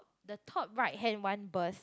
the top right hand one burst